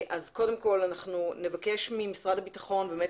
אז קודם כל אנחנו נבקש ממשרד הביטחון באמת